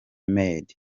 maid